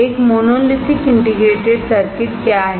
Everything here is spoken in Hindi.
एक मोनोलिथिक इंटीग्रेटेड सर्किट क्या है